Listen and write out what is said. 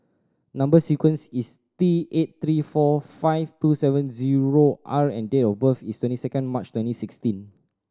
number sequence is T eight three four five two seven zero R and date of birth is twenty second March twenty sixteen